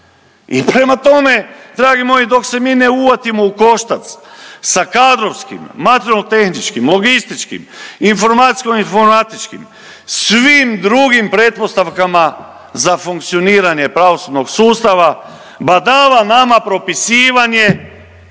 I prema tome, dragi moji dok se mi ne uvatimo u koštac sa kadrovskim, materijalno-tehničkim, logističkim, informacijsko-informatičkim svim drugim pretpostavkama za funkcioniranje pravosudnog sustava badava nama propisivanje